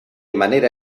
manera